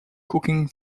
cooking